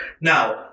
Now